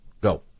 Go